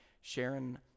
sharon